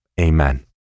Amen